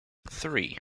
three